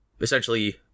essentially